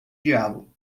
diabo